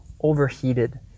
overheated